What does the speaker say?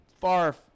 far